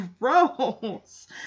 Gross